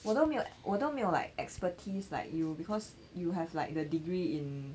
我都没有我都没有 like expertise like you because you have like the degree in